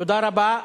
תודה רבה.